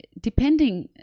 depending